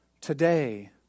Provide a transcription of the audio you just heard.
today